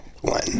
one